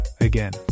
again